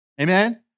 Amen